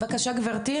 בבקשה גברתי,